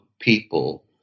people